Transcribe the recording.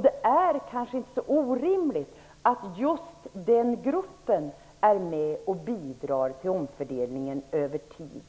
Det är kanske inte så orimligt att just den gruppen är med och bidrar till omfördelningen över tid